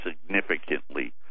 significantly